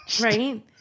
Right